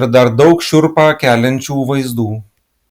ir dar daug šiurpą keliančių vaizdų